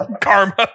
karma